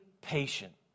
patient